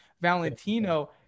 Valentino